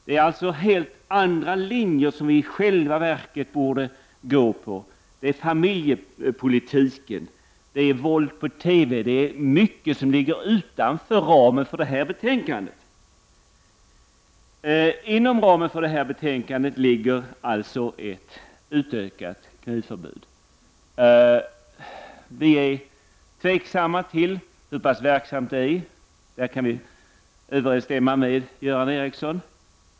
Det är alltså helt andra saker som vi i själva verket borde inrikta oss på — det är familjepolitiken, det är våld på TV, det är mycket som ligger utanför ramen för det här betänkandet. Inom ramen för betänkandet ligger ett utökat knivförbud. Vi är tveksamma till om det är verksamt. På den punkten kan jag instämma med Göran Ericsson.